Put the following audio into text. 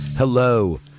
Hello